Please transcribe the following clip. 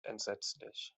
entsetzlich